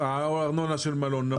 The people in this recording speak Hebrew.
ארנונה של מלון נמוכה.